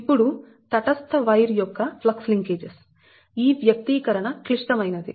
ఇప్పుడు తటస్థ వైర్ యొక్క ఫ్లక్స్ లింకేజెస్ ఈ వ్యక్తీకరణ క్లిష్టమైనది